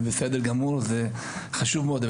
זה בסדר גמור, זה חשוב מאוד.